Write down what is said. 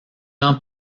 ans